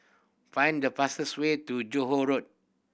find the fastest way to Johore Road